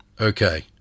okay